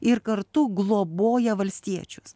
ir kartu globoja valstiečius